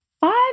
five